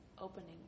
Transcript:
opening